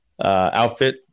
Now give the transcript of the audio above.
outfit